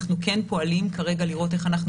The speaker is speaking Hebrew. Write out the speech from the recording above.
אנחנו כן פועלים כרגע לראות איך אנחנו